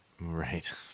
Right